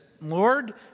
Lord